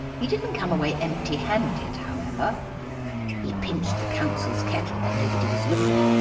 he didn't come away empty-handed, however he pinched the council's kettle when nobody was looking.